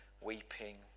weeping